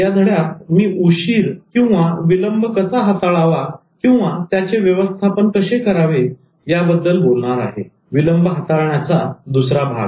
या धड्यात मी उशीरविलंब कसा हाताळावाव्यवस्थापन कसे करावे याबद्दल बोलणार आहे विलंब हाताळण्याचा दुसरा भाग